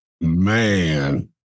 man